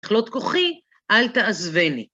קלות כוחי, אל תעזבני.